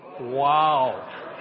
Wow